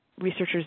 researchers